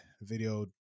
video